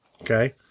Okay